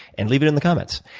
and leave it in the comments.